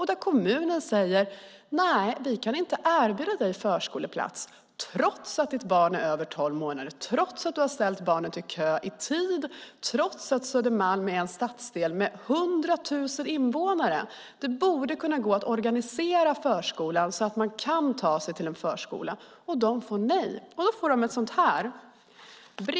Men kommunen säger: Nej, vi kan inte erbjuda dig en förskoleplats trots att ditt barn är över tolv månader, trots att du i tid ställt ditt barn i kö och trots att Södermalm är en stadsdel med 100 000 invånare. Det borde gå att organisera så att man kan ta sig till en förskola, men föräldrarna får ett nej till svar.